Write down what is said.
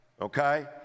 okay